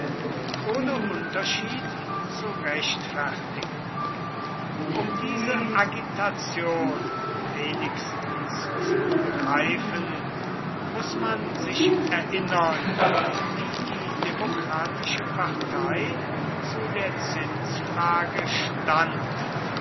ohne unterschied zu rechtfertigen um diese agitation wenigstens zu begreifen muß man sich erinnern wie die demokratische partei zu der zinsfrage stand